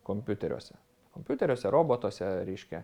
kompiuteriuose kompiuteriuose robotuose reiškia